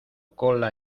cola